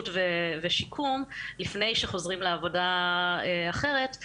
ושיקום לפני שחוזרים ומתחילים בעבודה אחרת,